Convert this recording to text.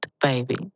baby